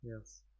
Yes